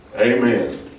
Amen